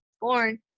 born